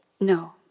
No